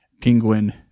Penguin